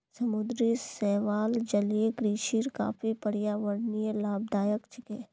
समुद्री शैवाल जलीय कृषिर काफी पर्यावरणीय लाभदायक छिके